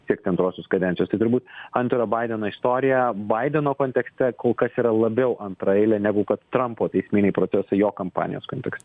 siekti antrosios kadencijos tai turbūt antrojo baideno istorija baideno kontekste kol kas yra labiau antraeilė negu kad trampo teisminiai procesai jo kampanijos kontekste